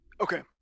Okay